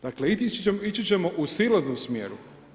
Dakle, ići ćemo u silaznom smjeru.